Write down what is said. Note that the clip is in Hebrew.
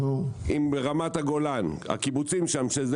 אם ברמת הגולן הקיבוצים שם,